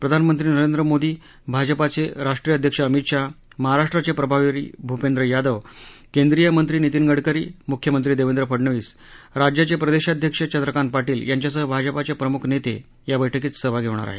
प्रधानमंत्री नरेंद्र मोदी भाजपाचे राष्ट्रीय अध्यक्ष अमित शहा महाराष्ट्राचे प्रभारी भूपेंद्र यादव केंद्रीय मंत्री नितीन गडकरी मुख्यमंत्री देवेंद्र फडणवीस राज्याचे प्रदेशाध्यक्ष चंद्रकांत पाटील यांच्यासह भाजपाचे प्रमुख नेते या बैठकीत सहभागी होणार आहेत